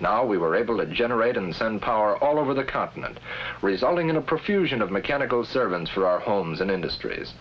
now we were able to generate and send power all over the continent resulting in a profusion of mechanical servants for our homes and industries